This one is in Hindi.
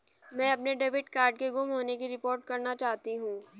मैं अपने डेबिट कार्ड के गुम होने की रिपोर्ट करना चाहती हूँ